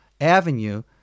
avenue